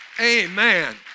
Amen